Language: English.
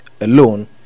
alone